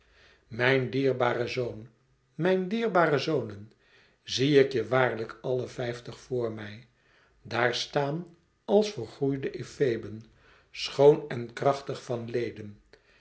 mijn dierbare zoon mijn dierbare zonen zie ik je waarlijk alle vijftig voor mij daar staan als volgroeide efeben schoon en krachtig van leden